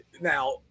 now